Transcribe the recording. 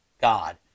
God